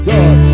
God